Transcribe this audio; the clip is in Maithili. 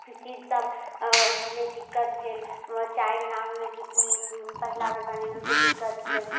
चीज सब ओहिमे दिक्कत भेल चाय बनाबैमे जे पहिला बेर बनेलहुँ तऽ दिक्कत भेल